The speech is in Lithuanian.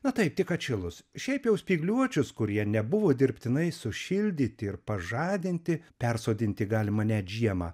na taip tik atšilus šiaip jau spygliuočius kurie nebuvo dirbtinai sušildyti ir pažadinti persodinti galima net žiemą